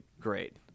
great